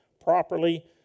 properly